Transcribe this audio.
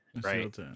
right